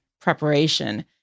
preparation